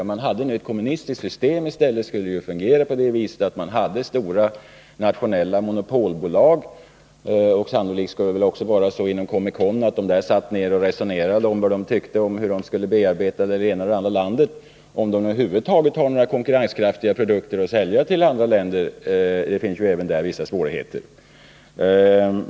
Om man i stället hade ett kommunistiskt system skulle det betyda att man hade stora nationella monopolbolag. Sannolikt skulle de också inom COMECON sitta och resonera om hur de skulle bearbeta det ena eller det andra landet — om de över huvud taget har några konkurrenskraftiga produkter att sälja till andra länder. Det finns även där vissa svårigheter.